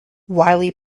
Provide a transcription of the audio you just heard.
wiley